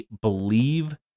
believe